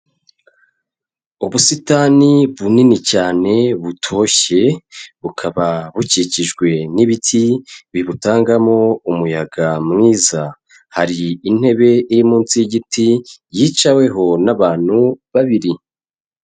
Ubusitani bunini cyane butoshye, bukaba bukikijwe n'ibiti bibutangamo umuyaga mwiza, hari intebe iri munsi y'igiti yicaweho n'abantu babiri.